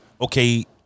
okay